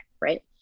right